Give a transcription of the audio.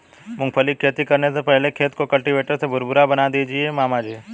मूंगफली की खेती करने से पहले खेत को कल्टीवेटर से भुरभुरा बना दीजिए मामा जी